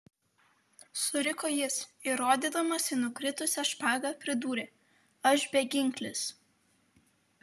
suriko jis ir rodydamas į nukritusią špagą pridūrė aš beginklis